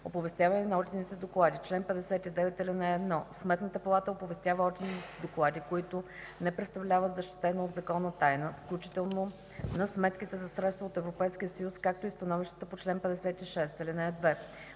„Оповестяване на одитните доклади Чл. 59. (1) Сметната палата оповестява одитните доклади, които не представляват защитена от закона тайна, включително на сметките за средства от Европейския съюз, както и становищата по чл. 56. (2)